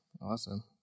Awesome